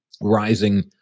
rising